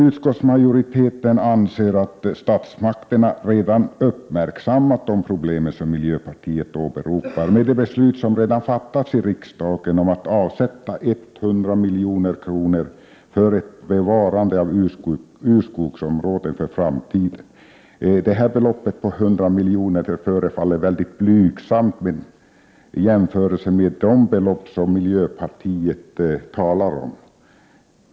Utskottsmajoriteten anser att statsmakterna redan uppmärksammat de problem som miljöpartiet åberopar i och med det beslut som redan fattats av riksdagen om att avsätta 100 milj.kr. för ett bevarande av urskogsområde för framtiden. Beloppet på 100 milj.kr. förefaller mycket blygsamt i jämförelse med det belopp som miljöpartiet talar om.